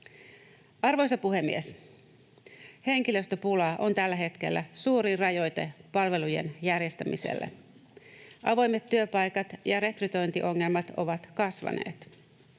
Arvoisa puhemies! Henkilöstöpula on tällä hetkellä suurin rajoite palvelujen järjestämiselle. Avoimet työpaikat ja rekrytointiongelmat ovat kasvaneet.